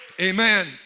Amen